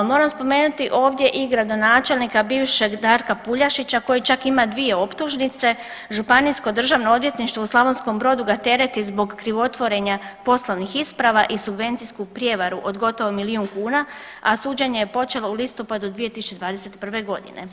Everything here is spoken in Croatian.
Moram spomenuti ovdje i gradonačelnika bivšeg Darka Puljaka koji čak ima 2 optužnice, Županijsko državno odvjetništvo u Slavonskom Brodu ga tereti zbog krivotvorenja poslovnih isprava i subvencijsku prijevaru od gotovo milijun kuna, a suđenje je počelo u listopadu 2021. godine.